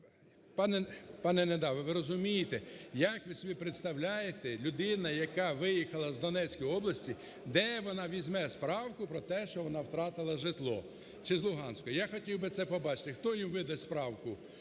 пане Недава, ви розумієте, як ви собі представляєте людина, яка виїхала з Донецької області, де вона візьме довідку про те, що вона втратила житло чи з Луганську? Я хотів би це побачити. Хто йому видасть довідку?